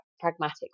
pragmatic